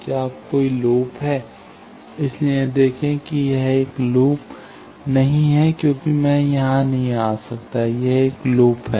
क्या अब कोई लूप है इसलिए यह देखें कि यह एक लूप नहीं है क्योंकि मैं यहां नहीं आ सकता यह एक लूप है